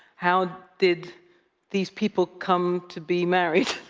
how did these people come to be married?